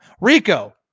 Rico